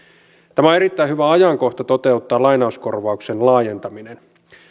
tämä on erittäin hyvä ajankohta toteuttaa lainauskorvauksen laajentaminen